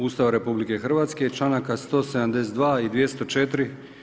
Ustava RH i članaka 172. i 204.